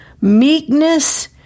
meekness